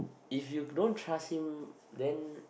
if you don't trust him then